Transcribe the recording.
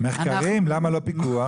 למה לא פיקוח?